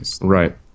Right